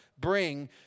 bring